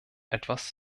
etwas